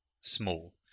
small